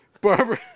Barbara